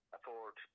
Afford